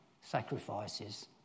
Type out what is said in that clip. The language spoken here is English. sacrifices